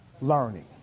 Learning